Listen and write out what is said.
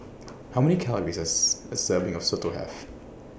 How Many Calories Does A Serving of Soto Have